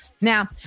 Now